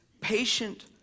patient